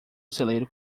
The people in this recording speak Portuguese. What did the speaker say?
celeiro